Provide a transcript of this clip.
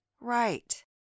right